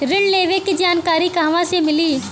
ऋण लेवे के जानकारी कहवा से मिली?